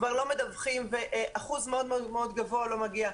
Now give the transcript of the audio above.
כבר לא מדווחים, ואחוז מאוד מאוד גבוה לא מגיע.